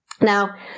Now